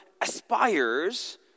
aspires